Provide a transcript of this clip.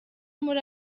muri